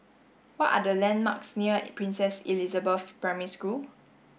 what are the landmarks near Princess Elizabeth Primary School